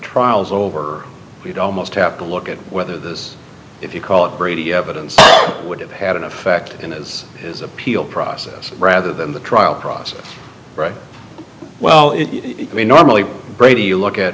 trial is over we'd almost have to look at whether this if you call it brady evidence would have had an effect and is his appeal process rather than the trial process well it may normally brady you look at